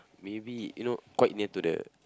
maybe you know quite near to the